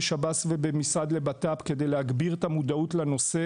בשב"ס ובמשרד לבט"פ כדי להגביר את המודעות לנושא